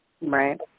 Right